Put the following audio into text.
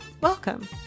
Welcome